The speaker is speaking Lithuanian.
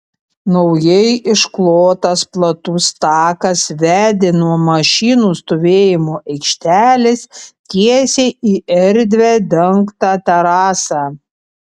naujai išklotas platus takas vedė nuo mašinų stovėjimo aikštelės tiesiai į erdvią dengtą terasą